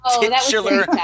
titular